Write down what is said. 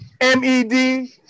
M-E-D